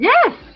Yes